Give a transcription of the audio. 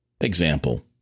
Example